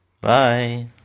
Bye